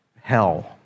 hell